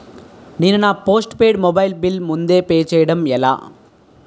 నేను నా postpaid mobile bill ముందే పే చేయడం ఎలా?